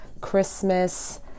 Christmas